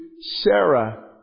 Sarah